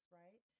right